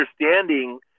understanding